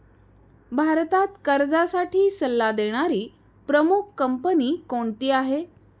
भारतात कर्जासाठी सल्ला देणारी प्रमुख कंपनी कोणती आहे?